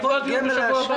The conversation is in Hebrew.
אפשר לקבוע דיון בשבוע הבא.